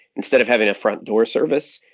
instead of having a front door service,